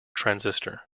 transistor